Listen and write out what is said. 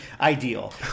ideal